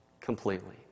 completely